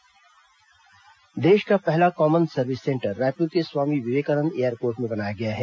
Raipur airport देश का पहला कॉमन सर्विस सेंटर रायपुर के स्वामी विवेकानंद एयरपोर्ट में बनाया गया है